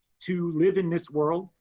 to live in this world,